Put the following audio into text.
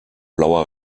blauer